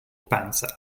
panza